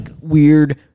weird